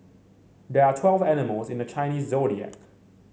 there are twelve animals in the Chinese Zodiac